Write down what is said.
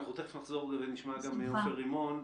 אנחנו תכף נחזור ונשמע גם מעופר רימון.